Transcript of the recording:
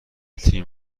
تیم